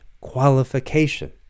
qualification